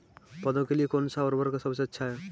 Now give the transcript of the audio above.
पौधों के लिए कौन सा उर्वरक सबसे अच्छा है?